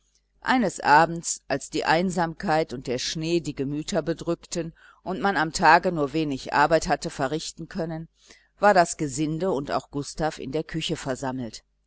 eines abends als die einsamkeit und der schnee die gemüter bedrückten und man am tage nur wenig arbeit hatte verrichten können war das gesinde und auch gustav in der küche versammelt